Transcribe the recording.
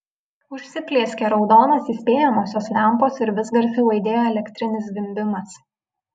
užsiplieskė raudonos įspėjamosios lempos ir vis garsiau aidėjo elektrinis zvimbimas